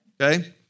Okay